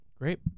Great